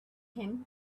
him